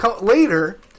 later